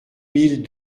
mille